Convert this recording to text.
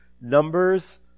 numbers